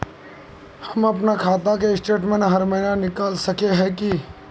हम अपना खाता के स्टेटमेंट हर महीना निकल सके है की?